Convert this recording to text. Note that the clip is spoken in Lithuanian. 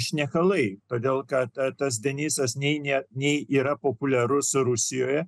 šnekalai todėl kad tas denisas ne nei yra populiarus rusijoje